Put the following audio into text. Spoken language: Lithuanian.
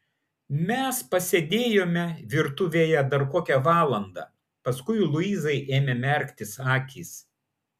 mes pasėdėjome virtuvėje dar kokią valandą paskui luizai ėmė merktis akys